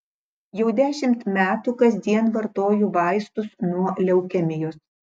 jau dešimt metų kasdien vartoju vaistus nuo leukemijos